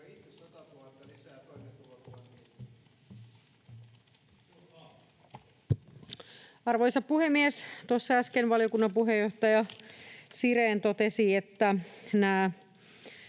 Arvoisa puhemies! Tuossa äsken valiokunnan puheenjohtaja Sirén totesi, että nämä